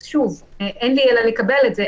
שוב, אין לי אלא לקבל את זה.